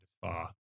far